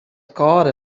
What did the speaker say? kâlde